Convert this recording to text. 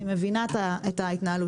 אני מבינה את ההתנהלות.